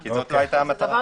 כי זו לא היתה המטרה.